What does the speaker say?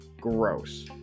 gross